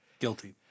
Guilty